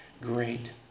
great